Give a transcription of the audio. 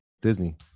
Disney